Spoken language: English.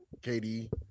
kd